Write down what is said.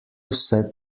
vse